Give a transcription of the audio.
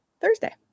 Thursday